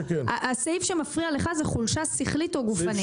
הסעיף שמפריע לך זה חולשה שכלית או גופנית.